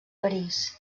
parís